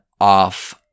off